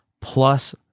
plus